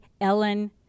Ellen